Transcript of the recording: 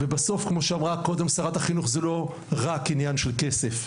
ובסוף, זה לא רק עניין של כסף,